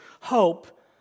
hope